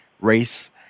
race